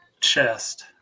chest